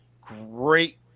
great